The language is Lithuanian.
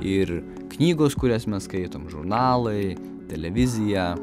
ir knygos kurias mes skaitom žurnalai televizija